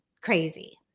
crazy